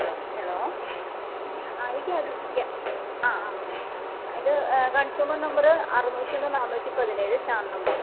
hello ആ ഗ്യ ഗ്യ ആ ആ ആ ഇത് കൺസ്യൂമർ നമ്പർ അറുനൂറ്റി ഒന്ന് നാനൂറ്റി പതിനേഴ് ശാന്തമ്മ